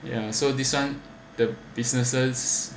ya so this [one] the businesses